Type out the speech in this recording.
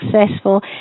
successful